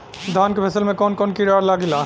धान के फसल मे कवन कवन कीड़ा लागेला?